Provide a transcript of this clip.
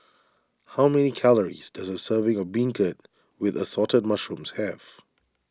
how many calories does a serving of Beancurd with Assorted Mushrooms have